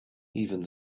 even